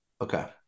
okay